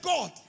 God